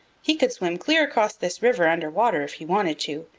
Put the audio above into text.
he could swim clear across this river under water if he wanted to,